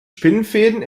spinnenfäden